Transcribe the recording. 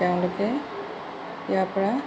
তেওঁলোকে ইয়াৰপৰা